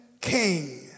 king